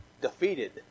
defeated